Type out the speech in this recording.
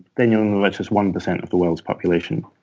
then you're in the richest one percent of the world's population.